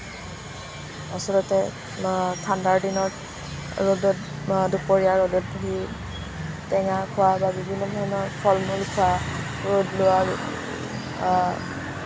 আচলতে ঠাণ্ডাৰ দিনত ৰ'দত ভৰ দুপৰীয়া ৰ'দত বহি টেঙা খোৱা বা বিভিন্ন ধৰণৰ ফল মূল খোৱা ৰ'দ লোৱা